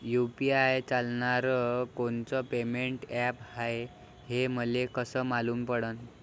UPI चालणारं कोनचं payment app हाय, हे मले कस मालूम पडन?